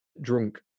drunk